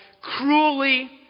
cruelly